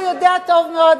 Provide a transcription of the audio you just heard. אתה יודע טוב מאוד,